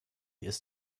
ist